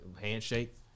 Handshake